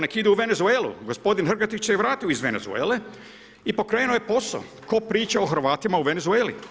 Nek idu u Venezuelu, gospodin Hrgotić se vratio se iz Venezuele i pokrenuo je posao, tko priča o Hrvatima u Venezueli?